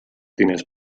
diners